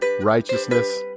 righteousness